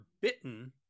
bitten